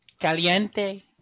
Caliente